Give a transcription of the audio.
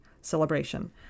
celebration